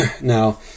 Now